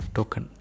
Token